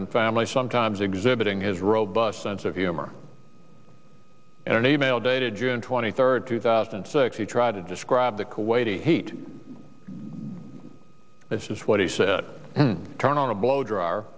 and family sometimes exhibiting his robust sense of humor in an e mail dated june twenty third two thousand and six he tried to describe the kuwaiti heat this is what he said turn on a blow dryer